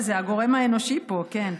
זה הגורם האנושי פה, כן.